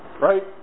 right